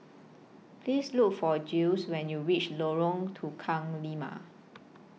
Please Look For Jiles when YOU REACH Lorong Tukang Lima